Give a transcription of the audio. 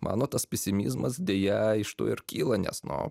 mano tas pesimizmas deja iš to ir kyla nes nu